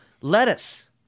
lettuce